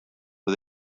for